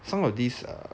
some of these err